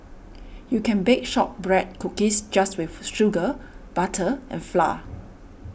you can bake Shortbread Cookies just with sugar butter and flour